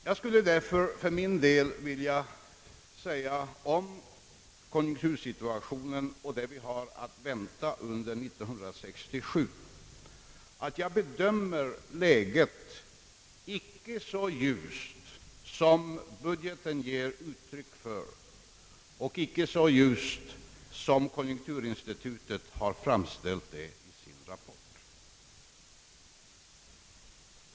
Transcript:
Jag skulle därför för min del vilja säga beträffande konjunktursituationen och vad vi har att vänta under 1967 att jag bedömer läget icke så ljust som budgeten ger uttryck för och icke så ljust som konjunkturinstitutet framställt det i sin rapport.